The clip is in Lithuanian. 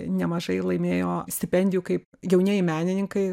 nemažai laimėjo stipendijų kaip jaunieji menininkai